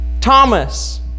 Thomas